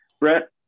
Brett